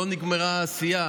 לא נגמרה העשייה,